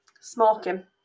smoking